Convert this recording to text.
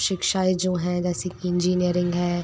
शिक्षाएं जो हैं जैसे कि इंजीनियरिंग है